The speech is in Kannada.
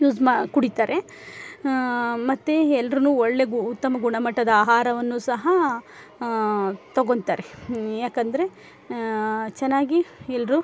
ಯೂಸ್ ಮಾ ಕುಡಿತಾರೆ ಮತ್ತು ಎಲ್ರು ಒಳ್ಳೇ ಗು ಉತ್ತಮ ಗುಣಮಟ್ಟದ ಆಹಾರವನ್ನು ಸಹ ತೊಗೊಂತಾರೆ ಯಾಕಂದರೆ ಚೆನ್ನಾಗಿ ಎಲ್ಲರು